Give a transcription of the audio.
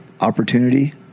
opportunity